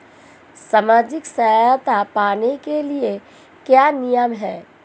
सामाजिक सहायता पाने के लिए क्या नियम हैं?